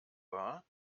war